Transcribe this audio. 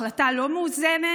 ההחלטה לא מאוזנת.